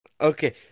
Okay